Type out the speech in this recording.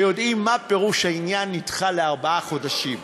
שיודעים מה פירוש העניין: נדחה בארבעה חודשים.